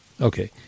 Okay